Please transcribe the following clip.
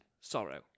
sorrow